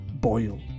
boil